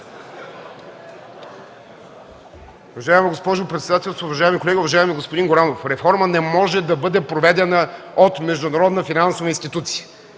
Уважаема госпожо председател, уважаеми колеги! Уважаеми господин Горанов, реформа не може да бъде проведена от международна финансова институция.